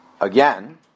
again